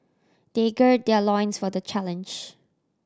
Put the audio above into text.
they gird their loins for the challenge